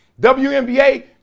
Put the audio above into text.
WNBA